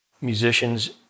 musicians